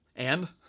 and?